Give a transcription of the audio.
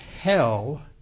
hell